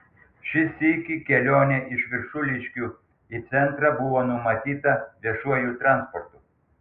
šį sykį kelionė iš viršuliškių į centrą buvo numatyta viešuoju transportu